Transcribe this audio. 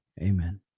Amen